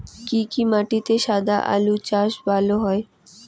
কি কি মাটিতে সাদা আলু চাষ ভালো হয়?